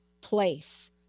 place